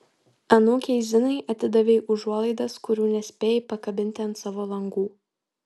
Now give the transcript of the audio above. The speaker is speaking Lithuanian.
anūkei zinai atidavei užuolaidas kurių nespėjai pakabinti ant savo langų